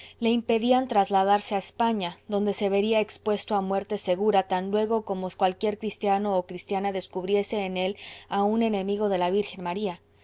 le impedían trasladarse a españa donde se vería expuesto a muerte segura tan luego como cualquier cristiano o cristiana descubriese en él a un enemigo de la virgen maría